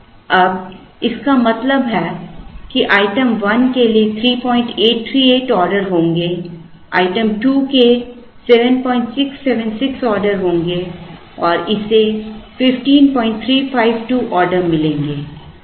अब इसका मतलब है कि आइटम 1 के 3838 ऑर्डर होंगे आइटम 2 के 7676 ऑर्डर होंगे और इसे 15352 ऑर्डर मिलेंगे